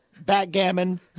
Backgammon